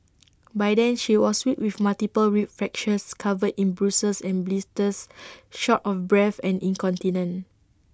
by then she was weak with multiple rib fractures covered in bruises and blisters short of breath and incontinent